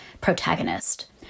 protagonist